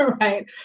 right